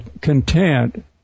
content